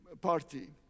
party